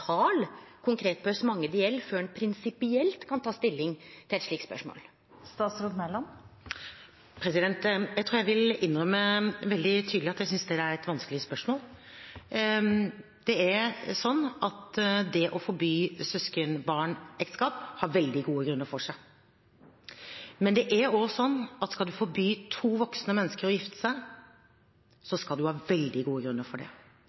konkret tal på kor mange det gjeld, før ein prinsipielt kan ta stilling til eit slikt spørsmål? Jeg tror jeg vil innrømme veldig tydelig at jeg synes dette er et vanskelig spørsmål. Det å forby søskenbarnekteskap har veldig gode grunner for seg. Men det er også sånn at skal man forby to voksne mennesker å gifte seg, skal man ha veldig gode grunner for det.